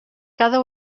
cada